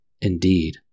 Indeed